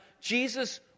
Jesus